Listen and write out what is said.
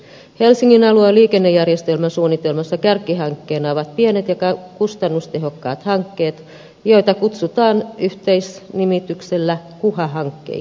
helsingin alueen liikennejärjestelmän suunnitelmassa kärkihankkeina ovat pienet ja kustannustehokkaat hankkeet joita kutsutaan yhteisnimityksellä kuha hankkeiksi